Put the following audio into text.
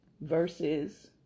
Verses